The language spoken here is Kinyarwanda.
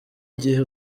gihe